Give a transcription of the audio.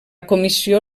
comissió